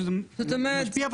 שזה משפיע,